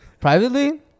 Privately